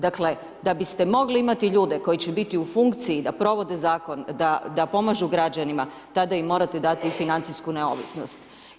Dakle, da biste mogli imati ljude, koji će biti u funkciji, da provode zakon, da pomažu građanima, tada im morate dati i financijsku neovisnost.